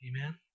Amen